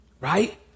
right